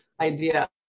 idea